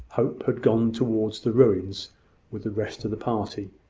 hope had gone towards the ruins with the rest of the party,